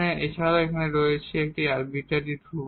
এছাড়াও এতে রয়েছে এই একটি আরবিটারি ধ্রুবক